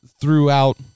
throughout